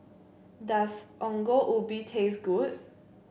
does Ongol Ubi taste good